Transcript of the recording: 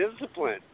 discipline